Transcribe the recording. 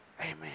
Amen